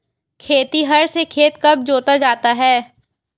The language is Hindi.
खेतिहर से खेत कब जोता जाता है?